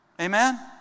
Amen